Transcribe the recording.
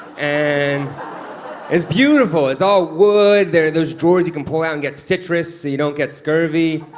and it's beautiful. it's all wood. there's drawers you can pull out and get citrus so you don't get scurvy.